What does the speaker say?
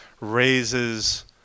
raises